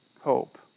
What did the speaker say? hope